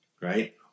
right